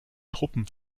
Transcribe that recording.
truppen